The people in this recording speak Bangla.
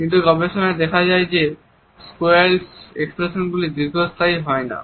কিন্তু গবেষণায় দেখা যায় যে স্কোয়েলচড এক্সপ্রেশনগুলি দীর্ঘস্থায়ী হয় না